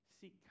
Seek